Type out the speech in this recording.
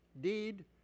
deed